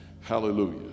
Hallelujah